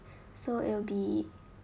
so it'll be